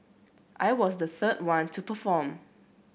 I was the third one to perform